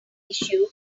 issue